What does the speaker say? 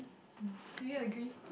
um do you agree